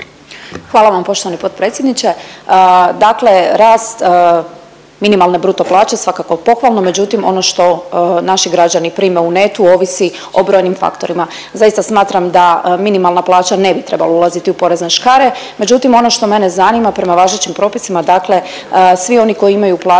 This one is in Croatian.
Hvala vam poštovani potpredsjedniče. Dakle, rast minimalne bruto plaće svakako pohvalno, međutim ono što naši građani prime u netu ovisi o brojnim faktorima. Zaista smatram da minimalna plaća ne bi trebala ulaziti u porezne škare, međutim ono što mene zanima prema važećim propisima, dakle svi oni koji imaju plaću